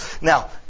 Now